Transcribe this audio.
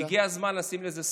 הגיע הזמן לעשות לזה סוף,